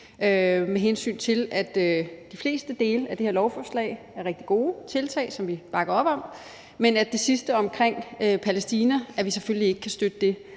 og Dansk Folkeparti. De fleste dele af det her lovforslag er rigtig gode tiltag, som vi bakker op om, men det sidste omkring Palæstina kan vi selvfølgelig ikke støtte.